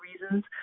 reasons